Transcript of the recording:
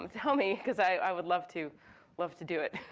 um tell me cause i would love to love to do it.